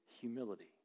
humility